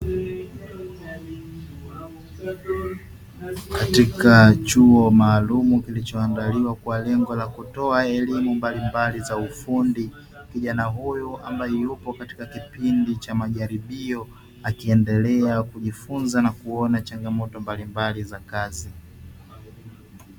Katika chuo maalumu kilichoandaliwa kwa lengo la kutoa elimu mbalimbali za ufundi, kijana huyu ambaye yupo katika kipindi cha majaribio akiendelea kujifunza, na kuona changamoto mbalimbali za kazi.